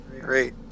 Great